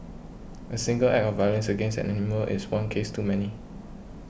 a single act of violence against an animal is one case too many